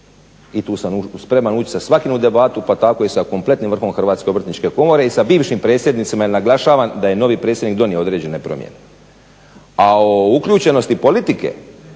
I tu sam spreman ući sa svakim u debatu pa tako i sa kompletnim vrhom HOK-a i sa bivšim predsjednicima jer naglašavam da je novi predsjednik donio određene promjene. A o uključenosti politike